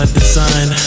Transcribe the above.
design